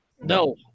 No